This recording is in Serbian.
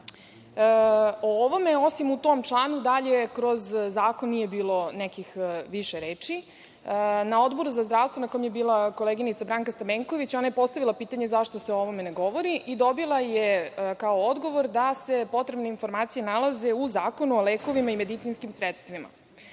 ovome osim u tom članu dalje kroz zakon nije bilo nekih više reči. Na Odboru za zdravstvo na kojem je bila koleginica Branka Stamenković, ona je postavila pitanje – zašto o ovome ne govori i dobila je kao odgovor da se potrebne informacije nalaze u Zakonu o lekovima i medicinskim sredstvima. Pogledala